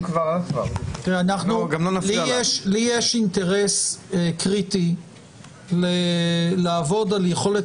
לי יש אינטרס קריטי לעבוד על יכולת